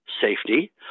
safety